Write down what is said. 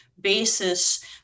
basis